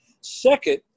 Second